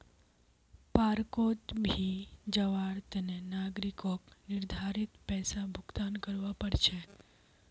पार्कोंत भी जवार तने नागरिकक निर्धारित पैसा भुक्तान करवा पड़ छे